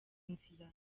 nzira